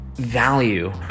value